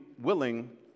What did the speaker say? willing